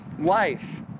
life